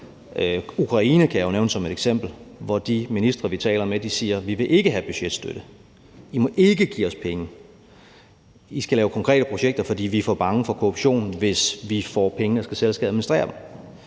Ukraine kan jeg jo nævne som et eksempel, hvor de ministre, vi taler med, siger: Vi vil ikke have budgetstøtte; I må ikke give os penge; I skal lave konkrete projekter, for vi er for bange for korruption, hvis vi får pengene og selv skal administrere dem.